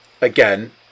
again